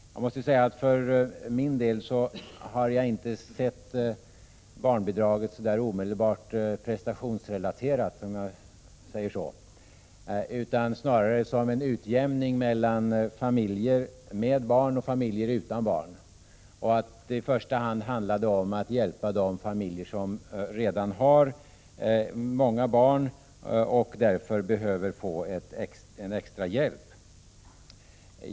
Jag måste för min del säga att jag inte har sett barnbidraget så omedelbart prestationsrelaterat, utan snarare som en utjämning mellan familjer med barn och familjer utan barn. I första hand har det handlat om att hjälpa de familjer som redan har många barn och därför behöver få en extra hjälp.